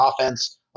offense